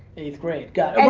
eighth grade. got